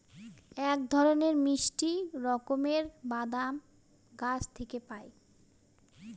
এক ধরনের মিষ্টি রকমের বাদাম গাছ থেকে পায়